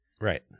Right